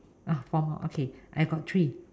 ah four more okay I got three